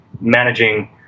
managing